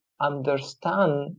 understand